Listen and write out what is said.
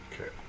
Okay